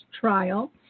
Trial